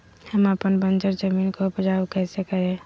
हम अपन बंजर जमीन को उपजाउ कैसे करे?